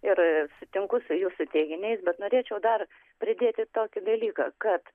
ir sutinku su jūsų teiginiais bet norėčiau dar pridėti tokį dalyką kad